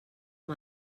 amb